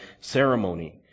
ceremony